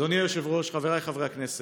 אדוני היושב-ראש, חבריי חברי הכנסת,